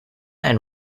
and